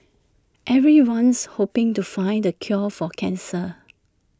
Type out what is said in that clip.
everyone's hoping to find the cure for cancer